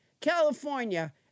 California